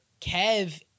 Kev